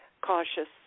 cautious